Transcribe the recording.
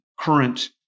current